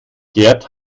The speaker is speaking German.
gerd